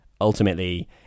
ultimately